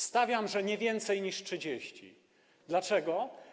Stawiam, że nie więcej niż 30. Dlaczego?